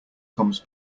comes